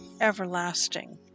everlasting